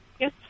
Yes